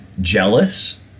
jealous